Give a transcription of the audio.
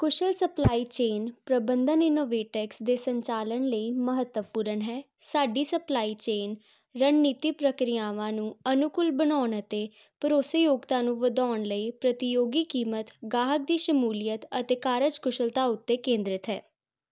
ਕੁਸ਼ਲ supply chain ਪ੍ਰਬੰਧਨ InnovateX ਦੇ ਸੰਚਾਲਨ ਲਈ ਮਹੱਤਵਪੂਰਨ ਹੈ ਸਾਡੀ ਸਪਲਾਈ ਚੇਨ ਰਣਨੀਤੀ ਪ੍ਰਕਿਰਿਆਵਾਂ ਨੂੰ ਅਨੁਕੂਲ ਬਣਾਉਣ ਅਤੇ ਭਰੋਸੇਯੋਗਤਾ ਨੂੰ ਵਧਾਉਣ ਲਈ ਪ੍ਰਤੀਯੋਗੀ ਕੀਮਤ ਗਾਹਕ ਦੀ ਸ਼ਮੂਲੀਅਤ ਅਤੇ ਕਾਰਜਕੁਸ਼ਲਤਾ ਉੱਤੇ ਕੇਂਦ੍ਰਿਤ ਹੈ